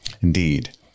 Indeed